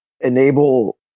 enable